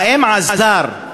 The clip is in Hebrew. האם עזר,